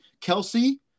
Kelsey